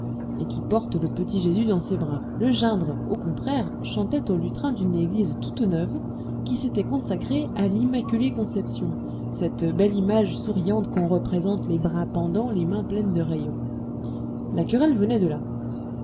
et qui porte le petit jésus dans ses bras le gindre au contraire chantait au lutrin d'une église toute neuve qui s'était consacrée à l'immaculée conception cette belle image souriante qu'on représente les bras pendants les mains pleines de rayons la querelle venait de là